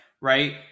right